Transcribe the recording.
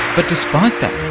but despite that,